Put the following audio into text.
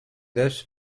this